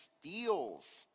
steals